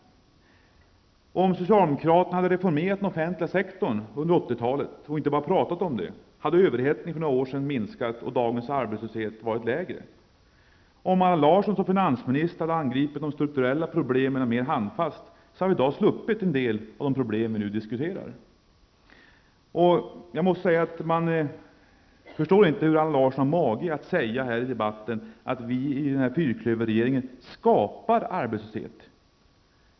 Om socialdemokraterna hade reformerat den offentliga sektorn under 80-talet, och inte bara talat om det, hade överhettningen för några år sedan minskat och dagens arbetslöshet varit lägre. Om Allan Larsson som finansminister hade angripit de strukturella problemen mer handfast, hade vi i dag sluppit en del av de problem vi nu diskuterar. Jag förstår inte hur Allan Larsson har mage att säga här att vi i fyrklöverregeringen skapar arbetslöshet.